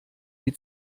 die